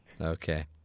okay